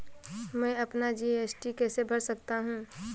मैं अपना जी.एस.टी कैसे भर सकता हूँ?